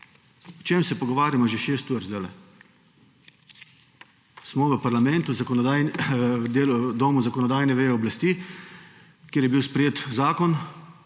O čem se pogovarjamo že šest ur zdajle? Smo v parlamentu v domu zakonodajne veje oblasti kjer je bil sprejet zakon,